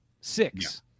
Six